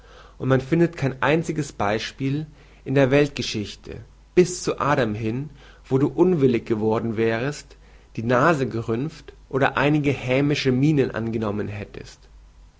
und man findet kein einziges beispiel in der weltgeschichte bis zu adam hin wo du unwillig geworden wärest die nase gerümpft oder einige hämische mienen angenommen hättest